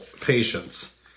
patience